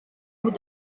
mots